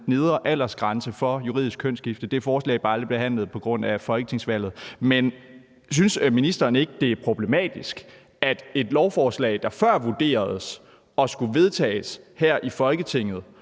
nedre aldersgrænse for juridisk kønsskifte. Det forslag blev aldrig behandlet på grund af folketingsvalget. Men synes ministeren ikke, det er problematisk, at et lovforslag, der før vurderedes og skulle vedtages her i Folketinget